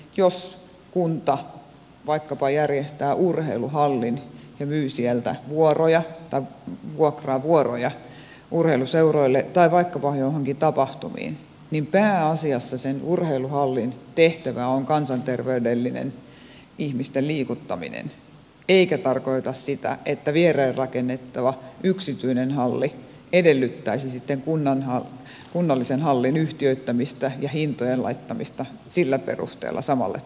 jos kunta vaikkapa järjestää urheiluhallin ja vuokraa sieltä vuoroja urheiluseuroille tai vaikkapa joihinkin tapahtumiin niin pääasiassa sen urheiluhallin tehtävä on kansanterveydellinen ihmisten liikuttaminen eikä se tarkoita sitä että viereen rakennettava yksityinen halli edellyttäisi sitten kunnallisen hallin yhtiöittämistä ja hintojen laittamista sillä perusteella samalle tasolle